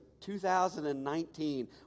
2019